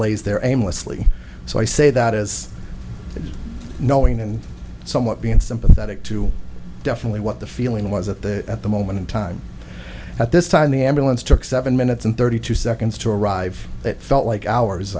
lays there aimlessly so i say that as knowing and somewhat being sympathetic to definitely what the feeling was at the at the moment in time at this time the ambulance took seven minutes and thirty two seconds to arrive it felt like hours